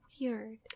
weird